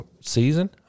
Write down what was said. season